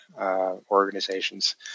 organizations